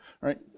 right